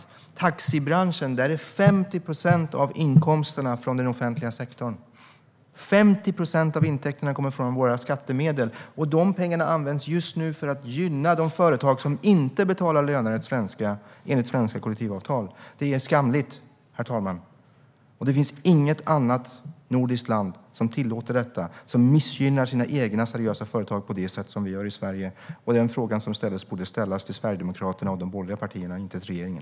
I taxibranschen kommer 50 procent av inkomsterna från den offentliga sektorn. 50 procent av intäkterna kommer från våra skattemedel. De pengarna används just nu för att gynna de företag som inte betalar löner enligt svenska kollektivavtal. Det är skamligt, herr talman. Det finns inget annat nordiskt land som tillåter detta och som missgynnar sina egna seriösa företag på det sätt som vi gör i Sverige. Den fråga som ställdes borde ställas till Sverigedemokraterna och de borgerliga partierna och inte till regeringen.